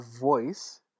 voice